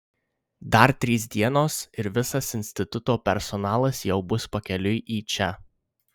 dar trys dienos ir visas instituto personalas jau bus pakeliui į čia